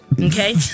Okay